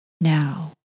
now